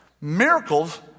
Miracles